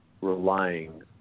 relying